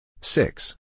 six